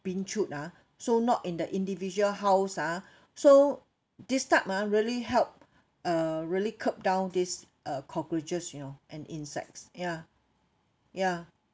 been through ah so not in the individual house ah so this type ah really help uh really curb down this uh cockroaches you know and insects ya ya